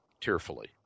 tearfully